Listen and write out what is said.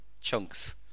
chunks